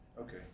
Okay